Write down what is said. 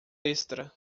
extra